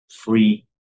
free